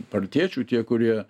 partiečių tie kurie